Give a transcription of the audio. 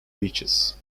reaches